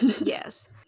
yes